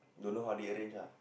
don't know how they arrange ah